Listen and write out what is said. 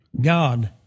God